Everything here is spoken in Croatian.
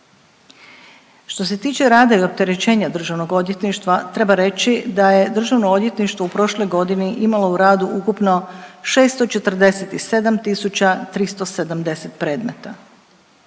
Što se tiče rada i opterećenja državnog odvjetništva treba reći da je državno odvjetništvo u prošloj godini imalo u radu ukupno 647 tisuća 370 predmeta.